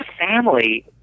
family